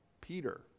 Peter